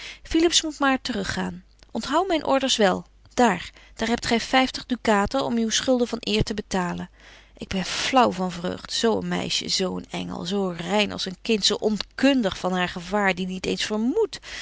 philips moet maar te rug gaan onthou myn orders wel daar daar hebt gy vyftig ducaten om uw schulden van eer te betalen ik ben flaauw van vreugd zo een meisje zo een engel zo rein als een kind zo onkundig van haar gevaar die niet eens vermoedt